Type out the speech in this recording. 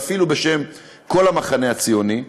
ואפילו בשם כל המחנה הציוני,